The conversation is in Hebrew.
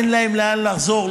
אין להם לאן לחזור,